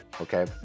Okay